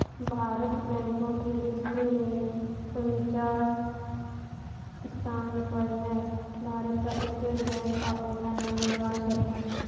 भारत बैंको की लिस्ट में उनन्चास स्थान पर है भारत का State Bank of India number one पर है